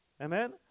Amen